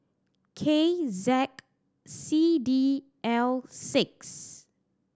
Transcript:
K Z C D L six